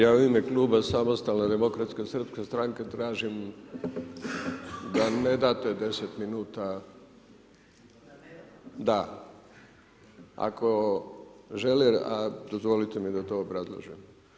Ja u ime Kluba samostalne demokratske srpske stranke tražim da mi ne date 10 minuta, da, ako želi, dozvolite mi da to obrazložim.